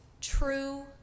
true